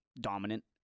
dominant